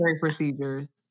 procedures